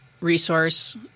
resource